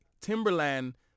Timberland